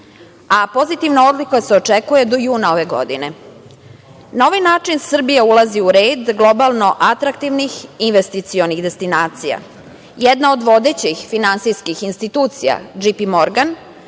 Pozitivna odluka se očekuje do juna ove godine. Na ovaj način Srbija ulazi u red globalno atraktivnih investicionih destinacija. Jedna od vodećih finansijskih institucija J. P. Morgan